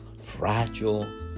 fragile